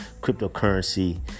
cryptocurrency